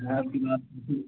घर की बात होती